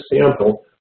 sample